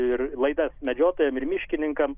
ir laidas medžiotojam ir miškininkam